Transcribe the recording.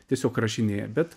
tiesiog rašinėja bet